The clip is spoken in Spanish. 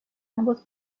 ambos